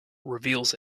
reveals